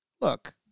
look